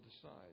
decide